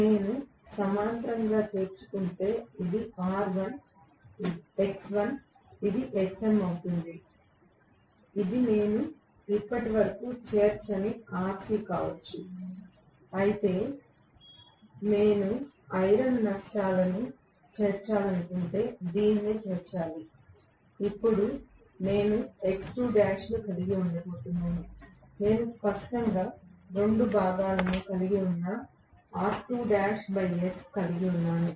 నేను సమాంతరంగా చేర్చుకుంటే ఇది R1 X1 ఇది Xm అవుతుంది ఇది నేను ఇప్పటివరకు చేర్చని Rc కావచ్చు అయితే నేను ఐరన్ నష్టాలను చేర్చాలనుకుంటే దీనిని చేర్చాలి అప్పుడు నేను కలిగి ఉండబోతున్నాను నేను స్పష్టంగా రెండు భాగాలను కలిగి ఉన్న s కలిగి ఉన్నాను